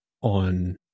on